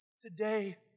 Today